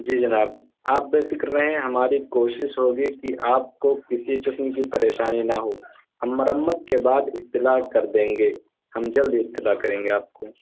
جی جناب آپ بے فکر رہیں ہماری کوشش ہوگی کہ آپ کو کسی قسم کی پریشانی نہ ہو ہم مرمت کے بعد اطلاع کر دیں گے ہم جلد اطلاع کریں گے آپ کو